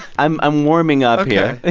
i'm i'm warming up here ok